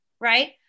right